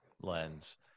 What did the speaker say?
lens